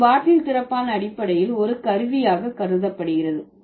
ஒரு பாட்டில் திறப்பான் அடிப்படையில் ஒரு கருவியாக கருதப்படுகிறது